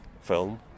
film